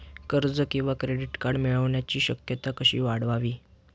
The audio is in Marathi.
कर्ज किंवा क्रेडिट कार्ड मिळण्याची शक्यता कशी वाढवावी?